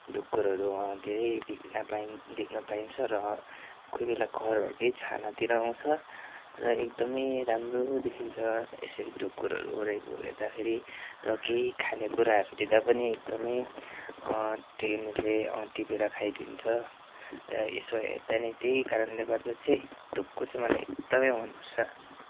ढुकुरहरू धेरै विघ्न पाइन देख्न पाइन्छ र कोही बेला घरहरूकै छानातिर आउँछ र एकदमै राम्रो देखिन्छ यसरी ढुकुरहरू घुरेको हेर्दाखेरि र केही खाने कुराहरू दिँदा पनि एकदमै टिनले टिपेर खाइदिन्छ र यसो हेर्दा नी त्यही कारणले गर्दा चाहिँ ढुकुर चाहिँ मलाई एकदमै मनपर्छ